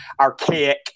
archaic